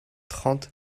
trente